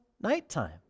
nighttime